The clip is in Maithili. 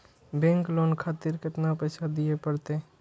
बैंक लोन खातीर केतना पैसा दीये परतें?